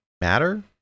matter